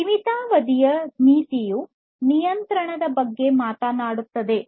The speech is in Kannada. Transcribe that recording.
ಜೀವಿತಾವಧಿಯ ನೀತಿಯು ನಿಯಂತ್ರಣದ ಬಗ್ಗೆ ಮಾತನಾಡುತ್ತದೆ